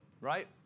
right